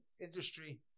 industry